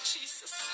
Jesus